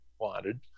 wanted